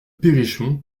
perrichon